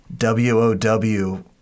WOW